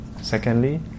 Secondly